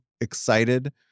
excited